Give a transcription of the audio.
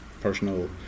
personal